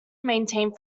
maintained